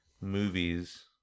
movies